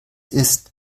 ist